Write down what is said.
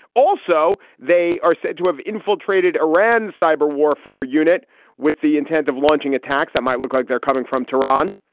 also, they are said to have infiltrated iran's cyber warfare unit with the intent of launching attacks that might look like they're coming from tehran.